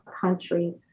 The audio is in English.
country